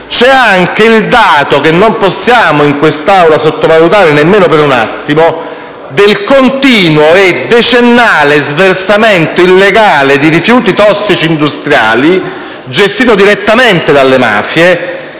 c'è anche il dato, che non possiamo in quest'Aula sottovalutare neanche per un attimo, del continuo e decennale sversamento illegale di rifiuti tossici industriali, gestito direttamente dalle mafie,